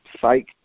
Psych